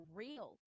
real